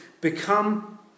become